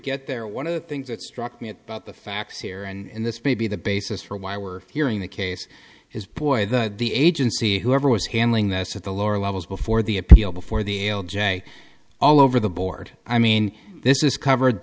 get there one of the things that struck me about the facts here and this may be the basis for why we're hearing the case is boy that the agency whoever was handling this at the lower levels before the appeal before the l j all over the board i mean this is covered